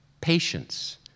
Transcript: patience